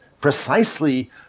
precisely